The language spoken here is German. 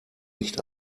nicht